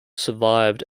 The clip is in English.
survived